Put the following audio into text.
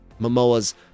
momoa's